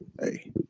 hey